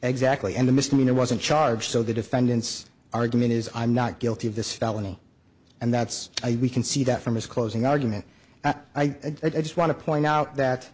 exactly and the misdemeanor wasn't charged so the defendant's argument is i'm not guilty of this felony and that's why we can see that from his closing argument i just want to point out that